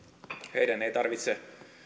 heidän ei tarvitse